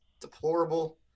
deplorable